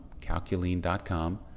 Calculine.com